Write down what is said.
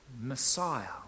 Messiah